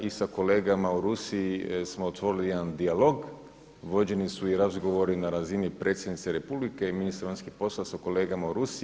I sa kolegama u Rusiji smo otvorili jedan dijalog, vođeni su i razgovori na razini predsjednice Republike i ministra vanjskih poslova sa kolegama u Rusiji.